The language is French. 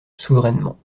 souverainement